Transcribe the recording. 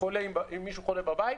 מישהו חולה בבית,